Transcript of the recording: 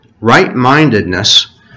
Right-mindedness